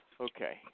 Okay